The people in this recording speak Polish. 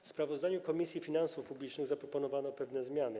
W sprawozdaniu Komisji Finansów Publicznych zaproponowano pewne zmiany.